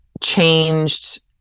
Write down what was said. changed